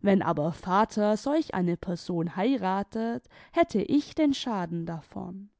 wenn aber vater solch eine person heiratet hätte ich den schaden davon